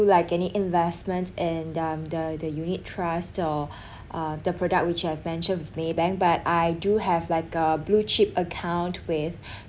like any investments and uh the unit trust or uh the product which I have mentioned maybank but I do have like a blue chip account with